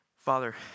Father